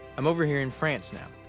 i'm over here in france now.